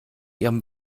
ihrem